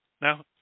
Now